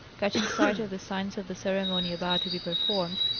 catching sight of the signs of the ceremony about to be performed,